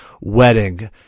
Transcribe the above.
wedding